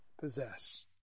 possess